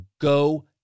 Go